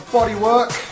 Bodywork